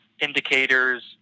indicators